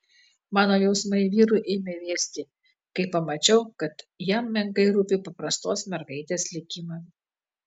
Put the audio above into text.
mano jausmai vyrui ėmė vėsti kai pamačiau kad jam menkai rūpi paprastos mergaitės likimas